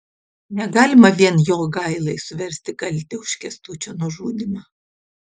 negalima vien jogailai suversti kaltę už kęstučio nužudymą